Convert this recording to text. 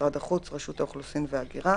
משרד החוץ ורשות האוכלוסין וההגירה.